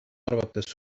arvates